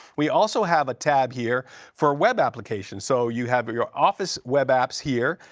we also have a tab here for web applications. so you have your office web apps here.